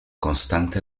constante